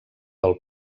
del